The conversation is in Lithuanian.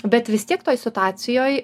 bet vis tiek toj situacijoj